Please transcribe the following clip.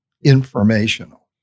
informational